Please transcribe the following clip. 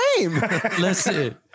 Listen